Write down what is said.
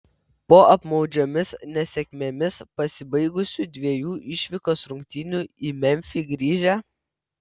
po apmaudžiomis nesėkmėmis pasibaigusių dviejų išvykos rungtynių į memfį grįžę